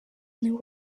new